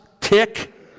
tick